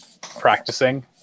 practicing